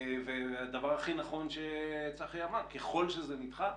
והדבר הכי נכון שצחי אמר כלל שזה נדחה,